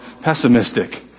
pessimistic